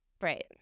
Right